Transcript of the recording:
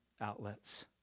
outlets